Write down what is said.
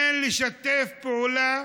אין לשתף פעולה